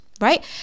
right